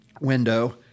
window